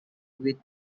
with